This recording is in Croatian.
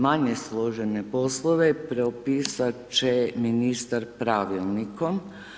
Manje složene poslove propisat će ministar pravilnikom.